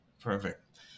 Perfect